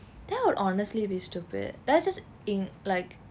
that would honestly be stupid that's just in like